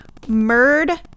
Murd